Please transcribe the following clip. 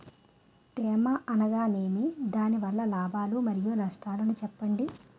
తేమ అనగానేమి? దాని వల్ల లాభాలు మరియు నష్టాలను చెప్పండి?